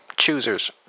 choosers